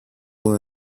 will